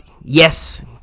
Yes